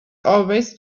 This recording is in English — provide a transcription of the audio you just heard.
always